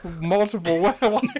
multiple